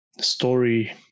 story